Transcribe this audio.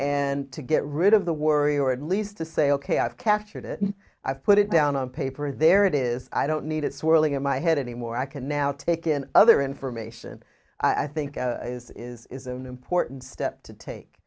and to get rid of the worry or at least to say ok i've captured it i've put it down on paper there it is i don't need it swirling in my head anymore i can now take in other information i think is is an important step to take